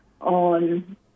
on